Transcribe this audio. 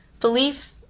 belief